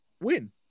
win